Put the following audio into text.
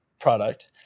product